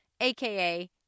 aka